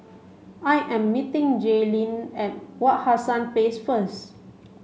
I am meeting Jaylyn at Wak Hassan Place first